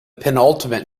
penultimate